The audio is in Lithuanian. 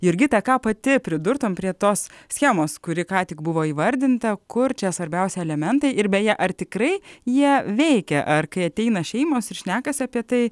jurgita ką pati pridurtum prie tos schemos kuri ką tik buvo įvardinta kur čia svarbiausi elementai ir beje ar tikrai jie veikia ar kai ateina šeimos ir šnekasi apie tai